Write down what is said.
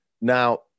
Now